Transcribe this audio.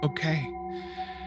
Okay